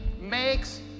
makes